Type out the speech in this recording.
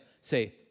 say